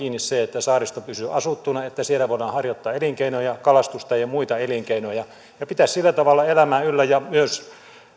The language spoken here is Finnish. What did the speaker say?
kiinni se että saaristo pysyy asuttuna että siellä voidaan harjoittaa elinkeinoja kalastusta ja muita elinkeinoja ja pitää sillä tavalla elämää yllä ja myös